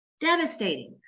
devastating